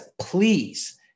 please